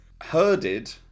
Herded